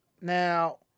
Now